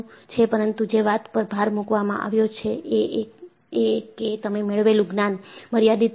પરંતુ જે વાત પર ભાર મૂકવામાં આવ્યો છે એ કે તમે મેળવેલુ જ્ઞાન મર્યાદિત છે